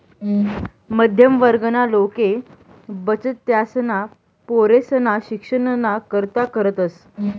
मध्यम वर्गना लोके बचत त्यासना पोरेसना शिक्षणना करता करतस